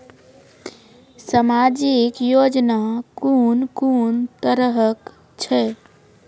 समाजिक योजना कून कून तरहक छै?